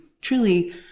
truly